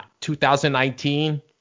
2019